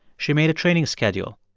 she made a training schedule,